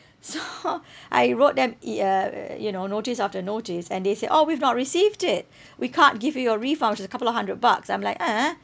so I wrote them e~ uh you know notice after notice and they said orh we've not received it we can't give you your refund which is a couple of hundred bucks I'm like ah